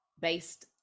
based